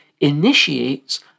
initiates